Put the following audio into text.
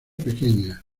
pequeña